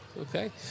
Okay